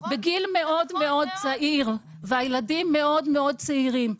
בגיל מאוד מאוד צעיר והילדים מאוד מאוד צעירים.